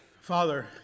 Father